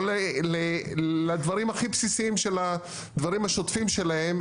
לא לדברים הכי בסיסיים של הדברים השוטפים שלהם,